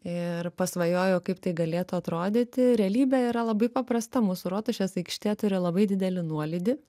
ir pasvajojo kaip tai galėtų atrodyti realybė yra labai paprasta mūsų rotušės aikštė turi labai didelį nuolydį